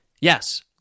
Yes